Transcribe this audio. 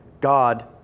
God